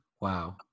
Wow